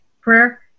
prayer